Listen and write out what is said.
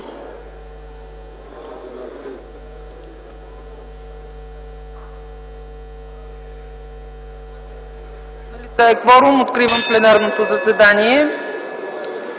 Откривам пленарното заседание.